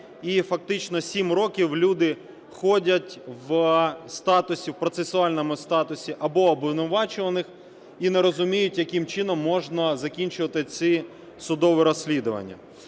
і фактично 7 років люди ходять в статусі, у процесуальному статусі або обвинувачуваних і не розуміють, яким чином можна закінчувати ці судові розслідування.